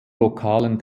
lokalen